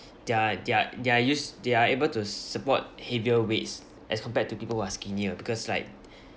they're they're they're used they are able to support heavier weights as compared to people who are skinnier because like